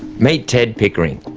meet ted pickering,